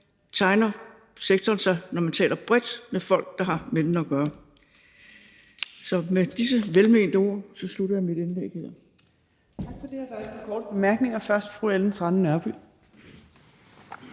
tegner sig, når man taler bredt med folk, der har med den at gøre. Med disse velmente ord slutter jeg mit indlæg her.